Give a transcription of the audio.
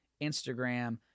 Instagram